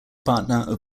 partner